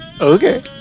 Okay